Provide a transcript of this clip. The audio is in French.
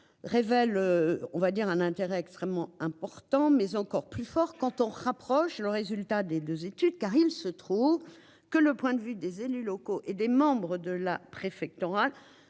Révèle on va dire un intérêt extrêmement important, mais encore plus fort quand on rapproche le résultat des 2 études car il se trouve que le point de vue des élus locaux et des membres de la préfectorale